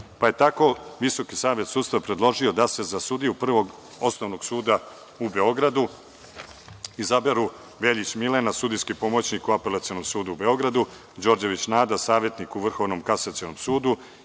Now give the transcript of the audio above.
pa je tako Visoki savet sudstva predložio da se za sudije Prvog osnovnog suda u Beogradu izaberu: Veljić Milena, sudijski pomoćnik u Apelacionom sudu u Beogradu, Đorđević Nada, savetnik u Vrhovnom kasacionom sudu,